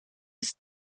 ist